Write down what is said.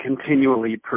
continually